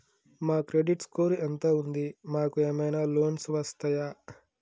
మా credit score ఎంత ఉంది? మాకు ఏమైనా లోన్స్ వస్తయా?